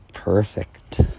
Perfect